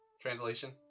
translation